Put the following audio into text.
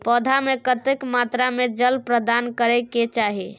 पौधा में केतना मात्रा में जल प्रदान करै के चाही?